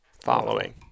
following